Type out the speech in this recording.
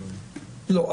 לא.